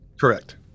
Correct